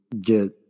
get